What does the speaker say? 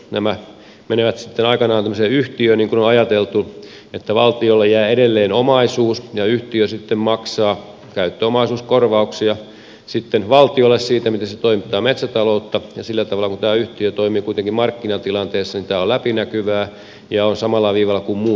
nämä menevät sitten aikanaan tämmöiseen yhtiöön niin kuin on ajateltu että valtiolle jää edelleen omaisuus ja yhtiö sitten maksaa käyttöomaisuuskorvauksia valtiolle siitä miten se toimittaa metsätaloutta ja sillä tavalla kun tämä yhtiö toimii kuitenkin markkinatilanteessa tämä on läpinäkyvää ja se on samalla viivalla kuin muut toimijat